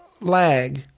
lag